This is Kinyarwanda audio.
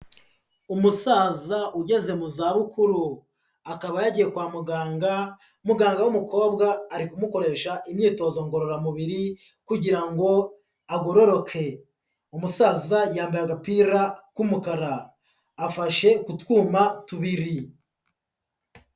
Umusaza ugeze mu zabukuru akaba yagiye kwa muganga, muganga w'umukobwa ari kumukoresha imyitozo ngororamubiri kugira ngo agororoke, umusaza yambaye agapira k'umukara afashe ku twuma tubiri.